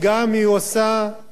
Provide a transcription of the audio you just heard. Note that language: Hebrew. גם תוכניות וירטואליות,